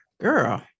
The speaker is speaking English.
girl